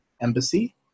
Embassy